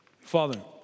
Father